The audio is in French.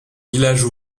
village